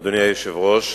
אדוני היושב-ראש,